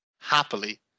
Happily